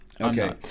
okay